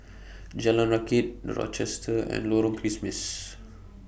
Jalan Rakit The Rochester and Lorong Kismis